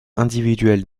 individuelle